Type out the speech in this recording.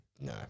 No